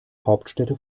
hauptstädte